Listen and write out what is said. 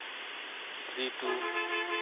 three two